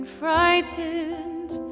frightened